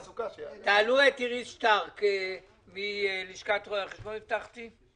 תעלו את אירית שטרק מלשכת רואי החשבון, הבטחתי.